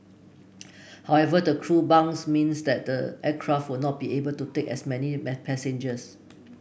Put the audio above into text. however the crew bunks means that the aircraft will not be able to take as many passengers